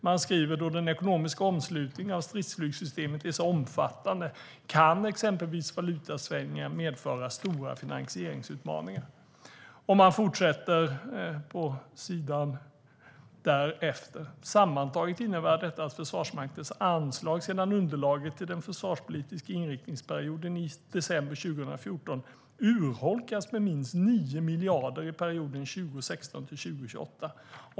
Man skriver: "Då den ekonomiska omslutningen av stridsflygssystemet är omfattande kan exempelvis valutasvängningar medföra stora finansieringsutmaningar." Man fortsätter: "Sammantaget innebär detta att Försvarsmaktens anslag sedan underlaget i den försvarspolitiska inriktningsperioden i december 2014 urholkas med minst 9 miljarder i perioden 2016 till 2028.